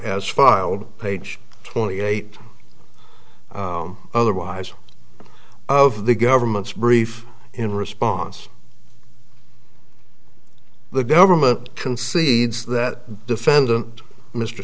as filed page twenty eight otherwise of the government's brief in response the government concedes that defendant mr